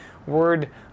word